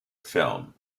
film